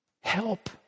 help